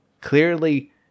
clearly